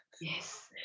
yes